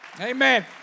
Amen